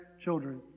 children